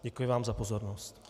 Děkuji vám za pozornost.